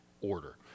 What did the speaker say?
order